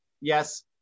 yes